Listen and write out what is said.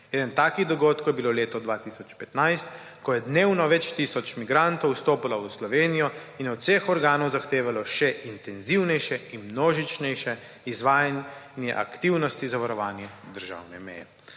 Eden takih dogodkov je bilo leto 2015, ko je dnevno več tisoč migrantov vstopalo v Slovenijo in od vseh organov zahtevalo še intenzivnejše in množičnejše izvajanje aktivnosti za varovanje državne meje.